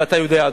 אתה יודע,